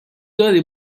داری